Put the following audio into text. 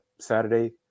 Saturday